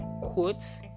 quotes